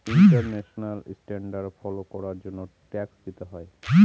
international standard follow করার জন্য tax দিতে হয়